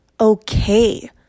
okay